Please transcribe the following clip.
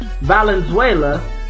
Valenzuela